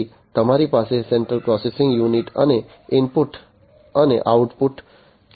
પછી તમારી પાસે સેન્ટ્રલ પ્રોસેસિંગ યુનિટ અને ઇનપુટ અને આઉટપુટ છે